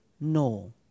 No